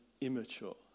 immature